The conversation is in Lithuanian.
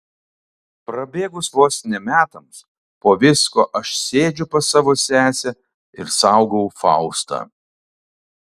prabėgus vos ne metams po visko aš sėdžiu pas savo sesę ir saugau faustą